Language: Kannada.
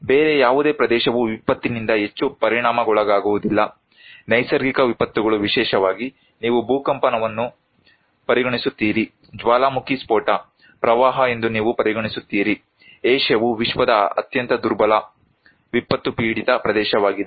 ಬೇರೆ ಯಾವುದೇ ಪ್ರದೇಶವು ವಿಪತ್ತಿನಿಂದ ಹೆಚ್ಚು ಪರಿಣಾಮಗೊಳಾಗಾಗುವುದಿಲ್ಲ ನೈಸರ್ಗಿಕ ವಿಪತ್ತುಗಳು ವಿಶೇಷವಾಗಿ ನೀವು ಭೂಕಂಪವನ್ನು ಪರಿಗಣಿಸುತ್ತೀರಿ ಜ್ವಾಲಾಮುಖಿ ಸ್ಫೋಟ ಪ್ರವಾಹ ಎಂದು ನೀವು ಪರಿಗಣಿಸುತ್ತೀರಿ ಏಷ್ಯಾವು ವಿಶ್ವದ ಅತ್ಯಂತ ದುರ್ಬಲ ವಿಪತ್ತು ಪೀಡಿತ ಪ್ರದೇಶವಾಗಿದೆ